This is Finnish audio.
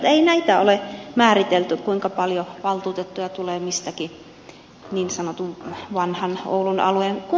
ei näitä ole määritelty kuinka paljon valtuutettuja tulee mistäkin niin sanotun vanhan oulun alueen